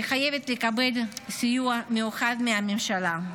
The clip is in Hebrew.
והיא חייבת לקבל סיוע מיוחד מהממשלה.